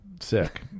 sick